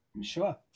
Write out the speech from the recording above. Sure